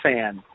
Fan